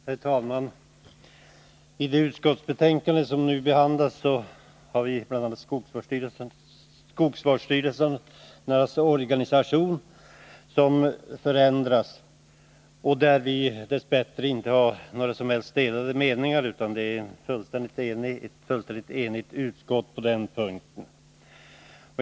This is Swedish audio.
Herr talman! I detta utskottsbetänkande behandlas skogsvårdsstyrelsernas förändrade organisation. Dess bättre har vi inte några delade meningar på den punkten, utan har ett fullständigt enigt utskott.